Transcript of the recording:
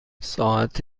ساعت